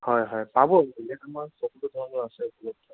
হয় হয় পাব এনে ত' আমাৰ চবটো ধৰণৰ আছে